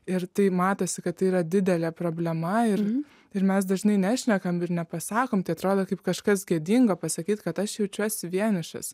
ir tai matosi kad tai yra didelė problema ir ir mes dažnai nešnekam ir nepasakom tai atrodo kaip kažkas gėdinga pasakyti kad aš jaučiuos vienišas